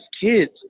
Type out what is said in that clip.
kids